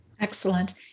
Excellent